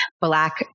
black